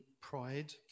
pride